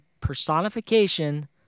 personification